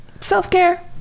self-care